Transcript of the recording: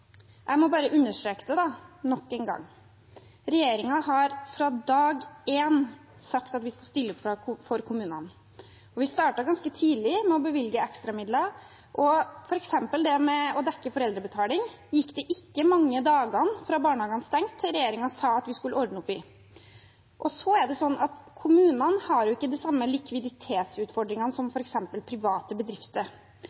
Jeg må bare understreke det nok en gang: Regjeringen har fra dag én sagt at vi skal stille opp for kommunene. Vi startet ganske tidlig med å bevilge ekstra midler. For eksempel det med å dekke foreldrebetaling: Det gikk ikke mange dagene fra barnehagene stengte, til regjeringen sa at vi skulle ordne opp i det. Og kommunene har jo ikke de samme likviditetsutfordringene som